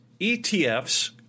ETFs